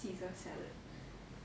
caesar salad